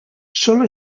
sólo